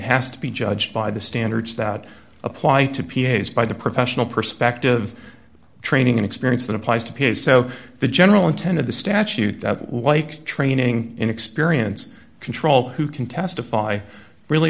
has to be judged by the standards that apply to p s by the professional perspective training and experience that applies to pay so the general intent of the statute that like training in experience control who can testify really